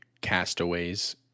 castaways